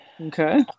Okay